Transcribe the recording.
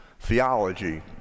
theology